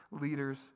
leaders